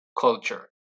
culture